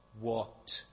walked